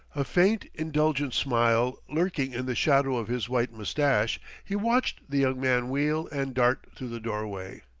a faint, indulgent smile lurking in the shadow of his white mustache, he watched the young man wheel and dart through the doorway.